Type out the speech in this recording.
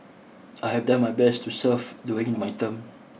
I have done my best to serve during my term